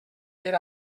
per